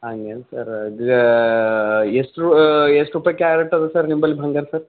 ಹಂಗೇನ್ ಸರ್ ಎಷ್ಟು ರೂ ಎಷ್ಟು ರೂಪಾಯಿ ಕ್ಯಾರೆಟ್ ಅದ ಸರ್ ನಿಂಬಲ್ಲಿ ಬಂಗಾರ ಸರ್